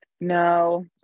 No